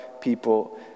people